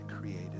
created